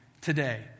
today